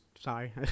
sorry